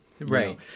right